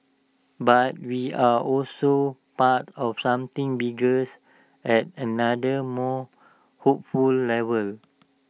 but we are also part of something biggers at another more hopeful level